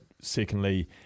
secondly